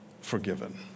forgiven